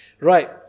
Right